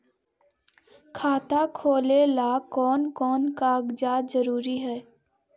खाता खोलें ला कोन कोन कागजात जरूरी है?